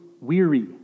weary